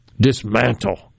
dismantle